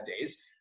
days